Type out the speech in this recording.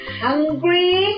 hungry